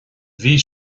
bhí